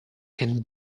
can